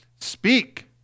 speak